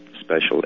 special